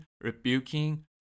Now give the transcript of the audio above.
rebuking